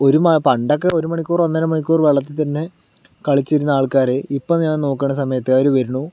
ഒരു മ പണ്ടൊക്കെ ഒരു മണിക്കൂറ് ഒന്നര മണിക്കൂറ് വെള്ളത്തിൽ തന്നെ കളിച്ചിരുന്ന ആൾക്കാര് ഇപ്പം ഞാൻ നോക്കണ സമയത്ത് അവര് വരണു